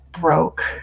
broke